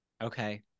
Okay